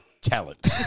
Talent